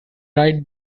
right